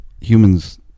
Humans